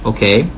Okay